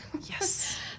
Yes